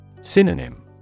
Synonym